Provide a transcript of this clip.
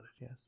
yes